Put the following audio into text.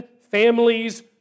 families